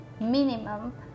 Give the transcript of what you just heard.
minimum